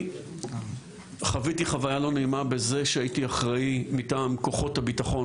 אני חוויתי חוויה לא נעימה בזה שהייתי אחראי מטעם כוחות הביטחון